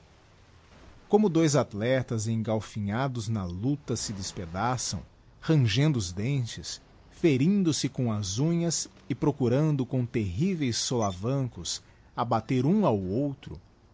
como dois athletag engalfinhados ha itictà se des pedaçam rangendo os dentes ferindo se com as unhas e procurando com terríveis solavancos abater um ao outro